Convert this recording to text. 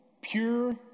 pure